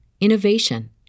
innovation